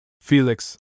Felix